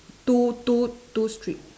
two two two strip